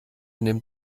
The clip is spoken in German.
nimmt